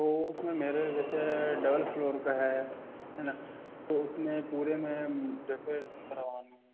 तो उस में मेरे जैसे डबल फ्लोर का है है ना तो उस में पूरे में डेकोरेशन करवानी है